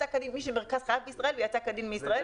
שמיש מרכז חייו בישראל ויצא קודם מישראל,